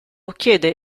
chiede